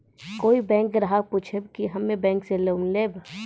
कोई बैंक ग्राहक पुछेब की हम्मे बैंक से लोन लेबऽ?